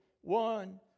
One